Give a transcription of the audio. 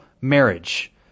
marriage